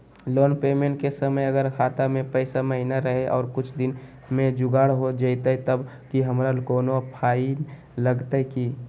Loan payment के समय अगर खाता में पैसा महिना रहै और कुछ दिन में जुगाड़ हो जयतय तब की हमारा कोनो फाइन लगतय की?